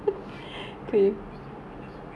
cannot I don't think you don't need a costume can just wear